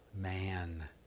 man